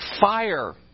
fire